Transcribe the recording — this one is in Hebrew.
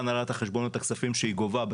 הנהלת החשבונות את הכספים שהיא גובה,